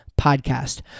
Podcast